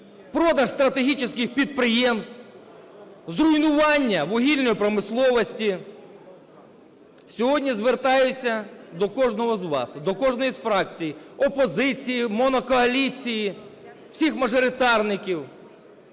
продаж стратегічних підприємств, зруйнування вугільної промисловості. Сьогодні звертаюся до кожного з вас, до кожної з фракцій, опозиції, монокоаліції, всіх мажоритарників: